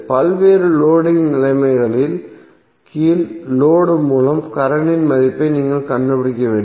பல்வேறு லோடிங் நிலைமைகளின் கீழ் லோடு மூலம் கரண்ட்டின் மதிப்பை நீங்கள் கண்டுபிடிக்க வேண்டும்